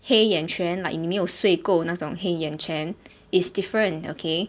黑眼圈 like 你没有睡够那种黑眼圈 is different okay